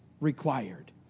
required